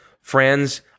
Friends